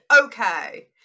Okay